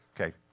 Okay